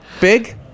Big